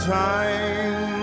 time